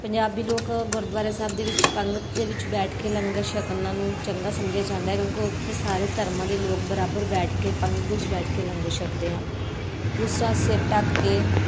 ਪੰਜਾਬੀ ਲੋਕ ਗੁਰਦੁਆਰੇ ਸਾਹਿਬ ਦੇ ਵਿੱਚ ਪੰਗਤ ਦੇ ਵਿੱਚ ਬੈਠ ਕੇ ਲੰਗਰ ਛਕਣਾ ਉਹਨਾਂ ਨੂੰ ਚੰਗਾ ਸਮਝਿਆ ਜਾਂਦਾ ਕਿਉਂਕਿ ਉੱਥੇ ਸਾਰੇ ਧਰਮਾਂ ਦੇ ਲੋਕ ਬਰਾਬਰ ਬੈਠ ਕੇ ਪੰਗਤ ਦੇ ਵਿੱਚ ਬੈਠ ਕੇ ਲੰਗਰ ਛਕਦੇ ਆ ਦੂਸਰਾ ਸਿਰ ਢੱਕ ਕੇ